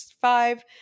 five